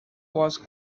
was